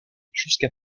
jusqu’à